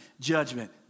judgment